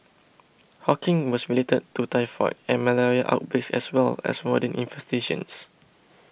Hawking was related to typhoid and malaria outbreaks as well as rodent infestations